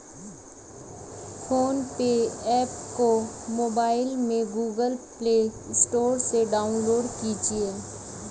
phone पे app को mobile में गूगल प्ले स्टोर से डाउनलोड कीजिए